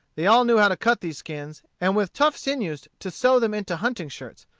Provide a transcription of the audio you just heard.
they all knew how to cut these skins, and with tough sinews to sew them into hunting-shirts,